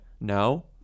No